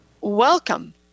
Welcome